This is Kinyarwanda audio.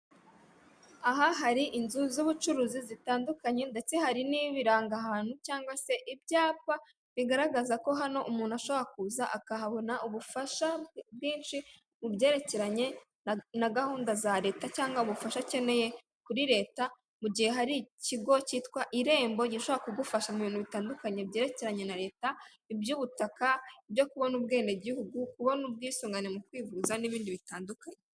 Icyapa gitoya kiri ku nyubako ndende ya etage cyandikishijeho amagambo y'umutuku n'umukara ni ahakorerwa ivunjisha ry'amafaranga abagabo bari gutambuka imbere y'inyubako hirya gato umutaka w'umuhondo w'ikigo cy'itumanaho cya emutiyeni igiti kirekire kiri imbere y'izo nyubako.